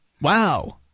Wow